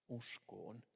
uskoon